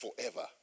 forever